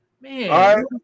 Man